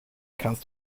kannst